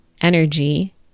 energy